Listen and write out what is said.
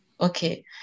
okay